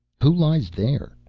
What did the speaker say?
who lies there?